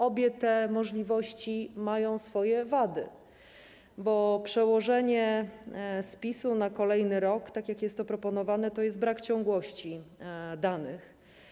Obie te możliwości mają swoje wady, bo przełożenie spisu na kolejny rok, tak jak jest to proponowane, to jest brak ciągłości danych.